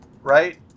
right